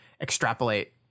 extrapolate